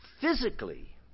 physically